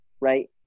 right